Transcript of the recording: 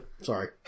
Sorry